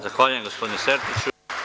Zahvaljujem, gospodine Sertiću.